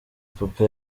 papa